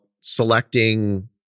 selecting